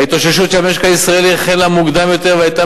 ההתאוששות של המשק הישראלי החלה מוקדם יותר והיתה